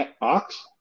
ox